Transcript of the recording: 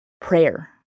prayer